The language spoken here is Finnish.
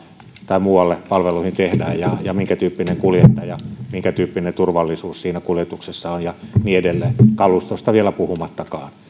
tai muualle palveluihin tehdään ja ja minkätyyppinen kuljettaja minkätyyppinen turvallisuus siinä kuljetuksessa on ja niin edelleen kalustosta vielä puhumattakaan